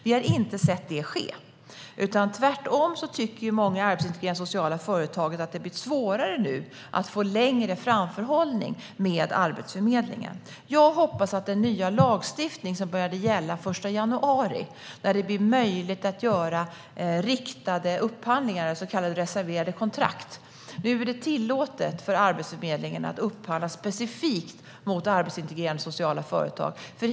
Vi har inte sett det ske, utan tvärtom tycker många arbetsintegrerande sociala företag att det nu har blivit svårare att få längre framförhållning med Arbetsförmedlingen. Jag hoppas på den nya lagstiftning som började gälla den 1 januari och som innebär att det blir möjligt att göra riktade upphandlingar - så kallade reserverade kontrakt. Nu är det tillåtet för Arbetsförmedlingen att upphandla specifikt mot arbetsintegrerande sociala företag.